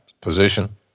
position